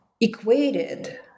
equated